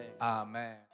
Amen